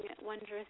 wondrous